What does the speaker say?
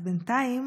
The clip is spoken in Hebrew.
אז בינתיים